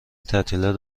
تعطیلات